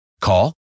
Call